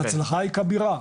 ההצלחה היא כבירה,